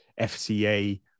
FCA